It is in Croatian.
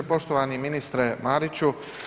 Poštovani ministre Mariću.